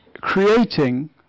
creating